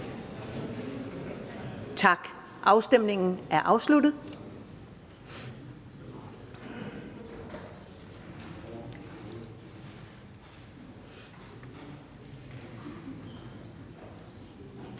Tak. Afstemningen er afsluttet.